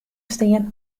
stean